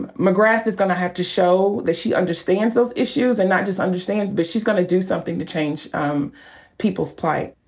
mcgrath is gonna have to show that she understands those issues, and not just understands because but she's gonna do something to change um people's plight.